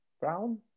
Brown